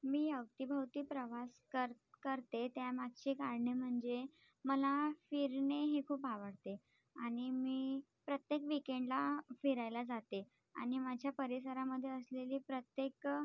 मी अवतीभवती प्रवास कर करते त्यामागचे कारणे म्हणजे मला फिरणे हे खूप आवडते आणि मी प्रत्येक विकेंडला फिरायला जाते आणि माझ्या परिसरामध्ये असलेले प्रत्येक